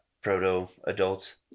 proto-adults